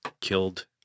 killed